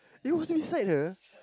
it was beside her